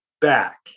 back